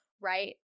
right